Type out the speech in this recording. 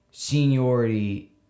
seniority